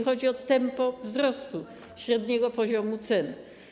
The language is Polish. Chodzi o tempo wzrostu średniego poziomu cen.